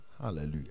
Hallelujah